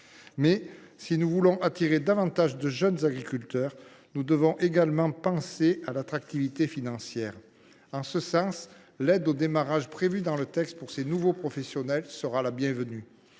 Mais, si nous voulons attirer davantage de jeunes agriculteurs, nous devons également penser à l’attractivité financière. De ce point de vue, l’aide au démarrage prévue dans le texte pour les nouveaux professionnels sera la bienvenue.